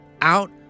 out